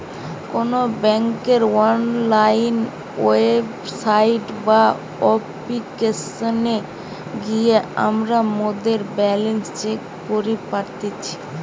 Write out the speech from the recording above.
কোনো বেংকের online website বা অপ্লিকেশনে গিয়ে আমরা মোদের ব্যালান্স চেক করি পারতেছি